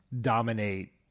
dominate